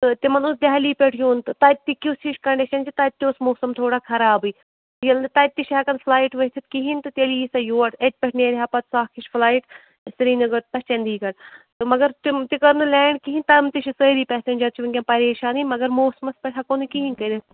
تہٕ تِمن اوس دہلی پیٚٹھ یُن تہٕ تَتہِ تہِ کِژھ ہِش کَنٛڈِشَن چھِ تَتہِ تہِ اوس موسم تھوڑا خَرابٕے ییٚلہٕ نہٕ تَتہِ چھِ ہیٚکَن فٕلایِٹ ؤتھِتھ کِہیٖنٛۍ تہٕ تیٚلہِ یی سۄ یوٗر اتہِ پیٚٹھ نیرِ ہا پَتہٕ سۄ اکھ ہِش فٕلایِٹ سِریٖنگر پیٚٹھ چَنٛدی گَڑھ مگر تِم تہِ کٔر نہٕ لینٛڈ کِہیٖنٛۍ تِم تہِ چھِ سٲری پیٚسینٛجَر چھِ وُنکیٚن پَریشانٕے مگر موسمَس پیٚٹھ ہیٚکوو نہٕ کِہیٖنٛۍ کٔرِتھ